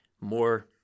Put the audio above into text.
more